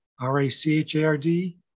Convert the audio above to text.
R-A-C-H-A-R-D